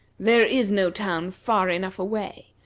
there is no town far enough away.